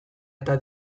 eta